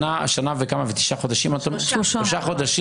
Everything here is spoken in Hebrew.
שנה ושלושה חודשים,